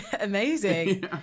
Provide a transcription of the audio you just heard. amazing